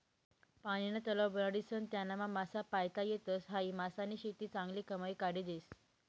पानीना तलाव बनाडीसन त्यानामा मासा पायता येतस, हायी मासानी शेती चांगली कमाई काढी देस